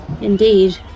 Indeed